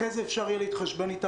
אחרי זה אפשר יהיה להתחשבן אתן.